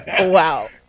Wow